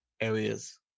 areas